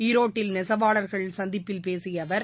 ஈரோட்டில் நெசவாளர்கள் சந்திப்பில் பேசிய அவர்